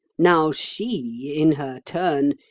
now she, in her turn,